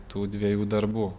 tų dviejų darbų